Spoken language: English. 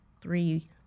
three